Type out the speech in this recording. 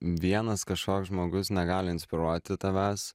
vienas kažkoks žmogus negali inspiruoti tavęs